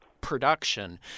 production